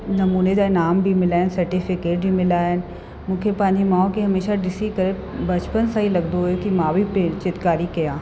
नमूने जा इनाम बि मिला आहिनि सर्टिफिकेट बि मिला आहिनि मूंखे पंहिंजी माउ खे हमेशह ॾिसी करे बचपन सां ई लॻंदो हुयो की मां बि चित्रकारी कया